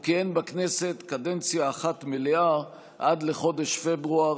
הוא כיהן בכנסת קדנציה אחת מלאה עד לחודש פברואר